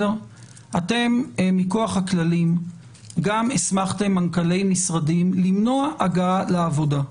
אתם מכוח הכללים גם הסמכתם מנכ"לי משרדים למנוע הגעה לעבודה.